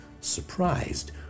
surprised